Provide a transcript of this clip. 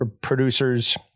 producers